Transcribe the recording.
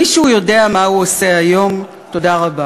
מישהו יודע מה הוא עושה היום?" תודה רבה.